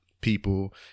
people